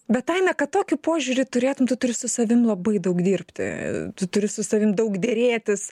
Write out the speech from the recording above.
bet aina kad tokį požiūrį turėtum tu turi su savim labai daug dirbti tu turi su savim daug derėtis